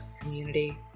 community